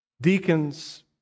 deacons